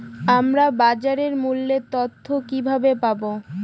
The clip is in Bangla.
আমরা বাজার মূল্য তথ্য কিবাবে পাবো?